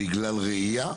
הפגיעה בגלל רעייה?